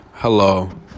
Hello